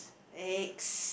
eggs